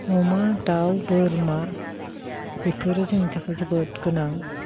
अमा दाउ बोरमा बेफोरो जोंनि थाखाय जोबोद गोनां